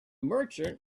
merchant